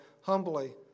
humbly